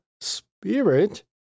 Spirit